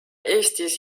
eestis